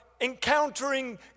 encountering